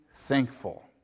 thankful